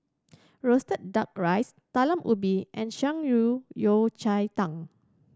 roasted Duck Rice Talam Ubi and Shan Rui Yao Cai Tang